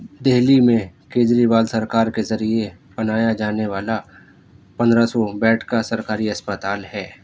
دہلی میں کیجریوال سرکار کے ذریعے بنایا جانے والا پندرہ سو بیڈ کا سرکاری اسپتال ہے